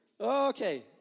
Okay